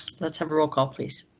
let's have a roll call, please.